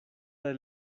del